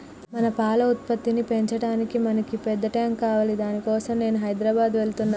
మన పాల ఉత్పత్తిని పెంచటానికి మనకి పెద్ద టాంక్ కావాలి దాని కోసం నేను హైదరాబాద్ వెళ్తున్నాను